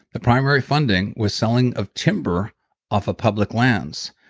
the primary funding was selling of timber off of public lands.